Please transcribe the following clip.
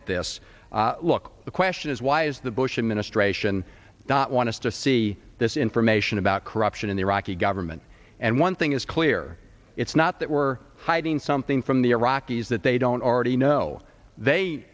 at this look the question is why is the bush administration not want to see this information about corruption in the iraqi government and one thing is clear it's not that we're hiding something from the iraqis that they don't already know they